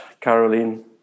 Caroline